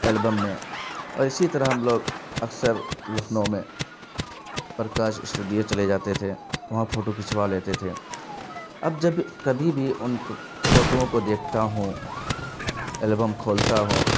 album میں اور اسی طرح ہم لوگ اکثر لکھنؤ میں پرکاش اسٹوڈیو چلے جاتے تھے وہاں فوٹو کھنچوا لیتے تھے اب جب کبھی بھی ان فوٹوؤوں کو دیکھتا ہوں البم کھولتا ہوں